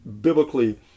biblically